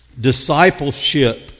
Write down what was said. Discipleship